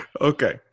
Okay